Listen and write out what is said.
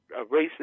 racist